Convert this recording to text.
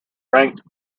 ranked